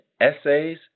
essays